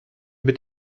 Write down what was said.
mit